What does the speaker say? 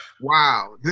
wow